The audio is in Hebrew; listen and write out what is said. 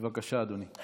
בבקשה, אדוני.